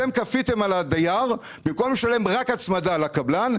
אתם כפיתם על הדייר במקום לשלם רק הצמדה לקבלן,